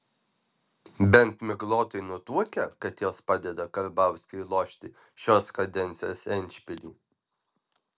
bent miglotai nutuokia kad jos padeda karbauskiui lošti šios kadencijos endšpilį